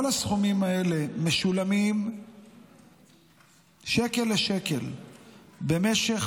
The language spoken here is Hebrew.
כל הסכומים האלה משולמים שקל לשקל במשך